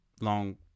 long